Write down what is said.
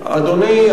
אדוני,